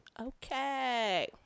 okay